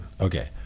Okay